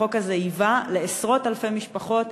החוק הזה היווה לעשרות-אלפי משפחות